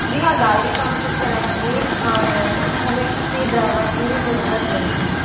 जी हाँ गाड़ी तो हम खुद चलाएंगे और हमें किसी ड्राइवर की जरूरत नहीं हैं